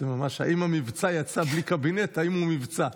זה ממש, אם המבצע יצא בלי קבינט, האם הוא מבצע?